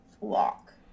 lock